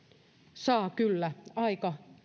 saa kyllä aika